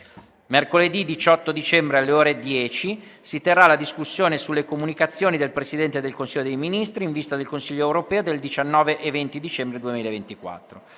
Mercoledì 18 dicembre, alle ore 10, si terrà la discussione sulle comunicazioni del Presidente del Consiglio dei ministri in vista del Consiglio europeo del 19 e 20 dicembre 2024.